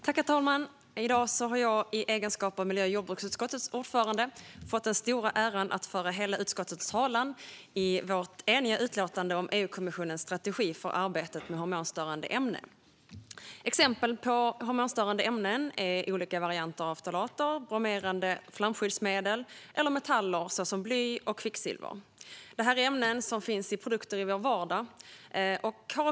Herr talman! I dag har jag, i egenskap av miljö och jordbruksutskottets ordförande, fått den stora äran att föra hela utskottets talan i vårt eniga utlåtande om EU-kommissionens strategi för arbetet med hormonstörande ämnen. Exempel på hormonstörande ämnen är olika varianter av ftalater, bromerade flamskyddsmedel eller metaller såsom bly och kvicksilver. Det är ämnen som finns i produkter som vi använder i vår vardag.